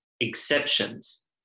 exceptions